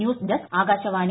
news desk Akashvani